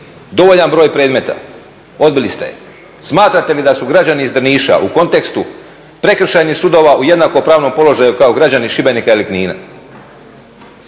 Dovoljan broj predmeta, odbili ste. Smatrate li da su građani iz Drniša u kontekstu prekršajnih sudova u jednakom pravnom položaju kao građani Šibenika ili Knina?